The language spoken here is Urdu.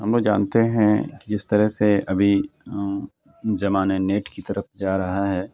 ہم لوگ جانتے ہیں کہ جس طرح سے ابھی زمانہ نیٹ کی طرف جا رہا ہے